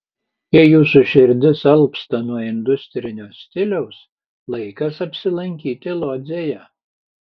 jei jūsų širdis alpsta nuo industrinio stiliaus laikas apsilankyti lodzėje